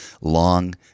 long